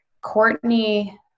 Courtney